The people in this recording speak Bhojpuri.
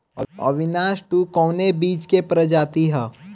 अविनाश टू कवने बीज क प्रजाति ह?